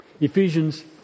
Ephesians